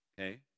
Okay